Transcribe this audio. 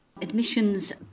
Admissions